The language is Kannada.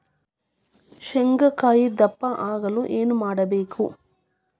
ಶೇಂಗಾಕಾಯಿ ದಪ್ಪ ಆಗಲು ಏನು ಮಾಡಬೇಕು?